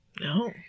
No